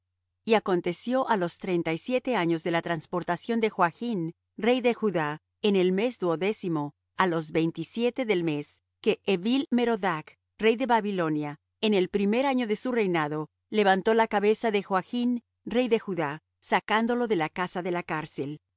y aconteció á los treinta y siete años de la trasportación de joachn rey de judá en el mes duodécimo á los veinte y siete del mes que evil merodach rey de babilonia en el primer año de su reinado levantó la cabeza de joachn rey de judá sacándolo de la casa de la cárcel y